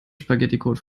spaghetticode